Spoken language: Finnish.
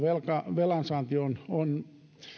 velansaanti on on